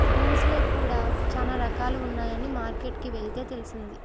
beans లో కూడా చానా రకాలు ఉన్నాయని మార్కెట్ కి వెళ్తే తెలిసింది